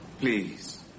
Please